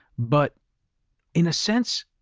but in a sense,